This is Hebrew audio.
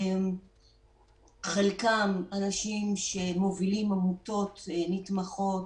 חלקם אנשים שמובילים עמותות שנתמכות